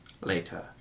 later